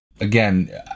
again